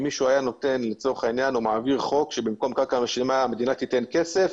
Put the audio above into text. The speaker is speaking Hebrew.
אם מישהו היה מעביר חוק שבמקום קרקע רשומה המדינה תיתן כסף,